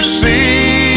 see